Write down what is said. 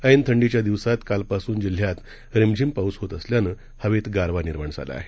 ऐन थंडीच्या दिवसांत कालपासून जिल्ह्यात रिमझिम पाऊस होत असल्यानं हवेत गारवा निर्माण झाला आहे